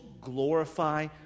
glorify